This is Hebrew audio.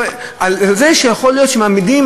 על זה שיכול להיות שמעמידים,